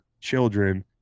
children